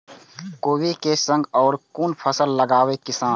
कोबी कै संग और कुन फसल लगावे किसान?